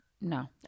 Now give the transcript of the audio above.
No